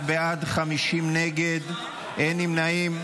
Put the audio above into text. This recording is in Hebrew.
31 בעד, 50 נגד, אין נמנעים.